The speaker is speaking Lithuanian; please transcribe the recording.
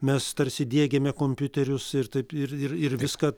mes tarsi diegiame kompiuterius ir taip ir ir viską